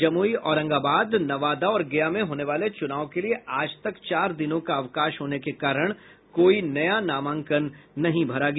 जमुई औरंगाबाद नवादा और गया में होने वाले चुनाव के लिए आज तक चार दिनों का अवकाश होने के कारण कोई नया नामांकन नहीं भरा गया